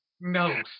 no